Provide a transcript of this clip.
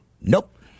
Nope